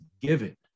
given